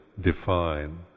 define